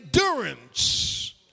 endurance